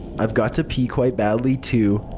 i've got to pee quite badly too,